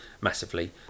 massively